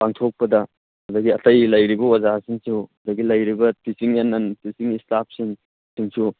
ꯄꯥꯡꯊꯣꯛꯄꯗ ꯑꯗꯒꯤ ꯑꯇꯩ ꯂꯩꯔꯤꯕ ꯑꯣꯖꯥꯁꯤꯡꯁꯨ ꯑꯗꯒꯤ ꯂꯩꯔꯤꯕ ꯇꯤꯆꯤꯡ ꯑꯦꯟ ꯅꯟ ꯇꯤꯆꯤꯡ ꯏꯁꯇꯥꯐꯁꯤꯡꯁꯨ